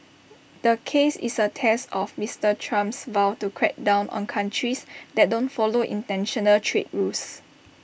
the case is A test of Mister Trump's vow to crack down on countries that don't follow International trade rules